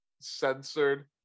censored